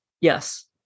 yes